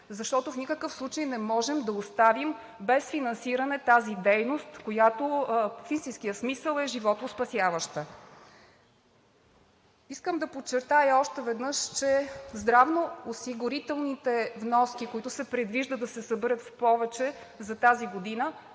защото в никакъв случай не можем да оставим без финансиране тази дейност, която в истинския смисъл е животоспасяваща. Искам да подчертая още веднъж, че здравноосигурителните вноски, за които се предвижда да се съберат в повече за тази година,